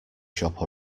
shop